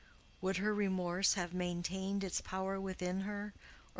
would her remorse have maintained its power within her,